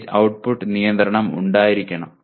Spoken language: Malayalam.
5 ഔട്ട്പുട്ട് നിയന്ത്രണം ഉണ്ടായിരിക്കണം